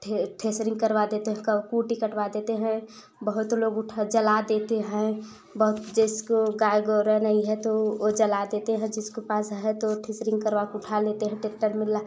ठे थ्रेशरिंग करवा देते हैं क कुट्टी कटवा देते हैं बहुत लोग उठा जाला देते हैं बहुत जैसे की कारीगर नहीं है तो वो जला देते हैं जिसके पास है तो थ्रेशरिंग करवा कर उठा लेते हैं टेक्टर में ला